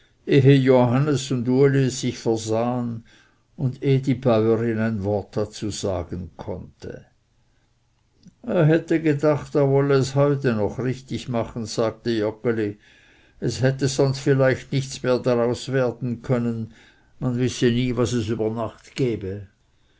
johannes und uli es sich versahen und ehe die bäurin ein wort dazu sagen konnte er hätte gedacht er wolle es heute noch richtig machen sagte joggeli es hätte sonst vielleicht nichts mehr daraus werden können man wisse nie was es über nacht gebe